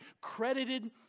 credited